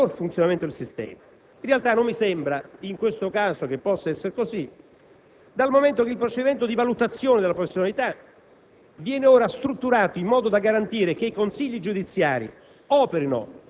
assolutamente - necessaria per assicurare il miglior funzionamento del sistema. In realtà, in questo caso non mi sembra che possa essere così, dal momento che il procedimento di valutazione della professionalità